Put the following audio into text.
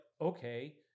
okay